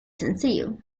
sencillo